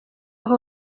aho